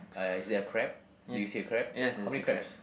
uh is it a crab did you see the crab how many crabs